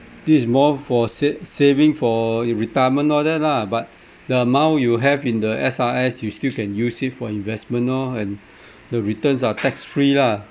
this is more for sa~ saving for retirement all that lah but the amount you have in the S_R_S you still can use it for investment lor and the returns are tax free lah